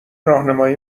راهنمایی